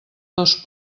dos